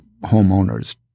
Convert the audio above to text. homeowners